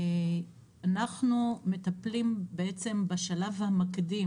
אנחנו מטפלים בשלב המקדים.